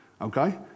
Okay